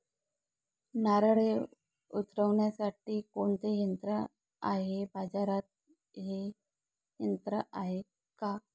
नारळे उतरविण्यासाठी कोणते यंत्र आहे? बाजारात हे यंत्र आहे का?